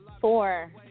Four